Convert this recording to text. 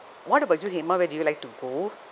what about you hema where do you like to go